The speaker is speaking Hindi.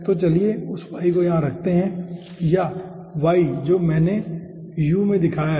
तो चलिए उस y को यहाँ रख देते हैं या y जो मैंने u में दिखाया है